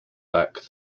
back